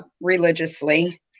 religiously